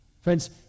Friends